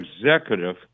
executive